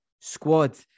squad